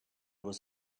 was